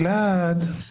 אני אדגיש ואתקן, אני